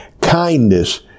kindness